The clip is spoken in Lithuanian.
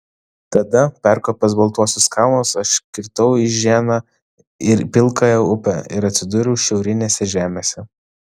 tada perkopęs baltuosius kalnus aš kirtau iženą ir pilkąją upę ir atsidūriau šiaurinėse žemėse